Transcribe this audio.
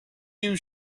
you